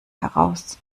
heraus